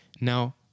Now